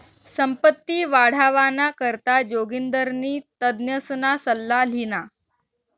संपत्ती वाढावाना करता जोगिंदरनी तज्ञसना सल्ला ल्हिना